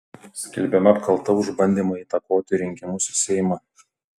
skelbiama apkalta už bandymą įtakoti rinkimus į seimą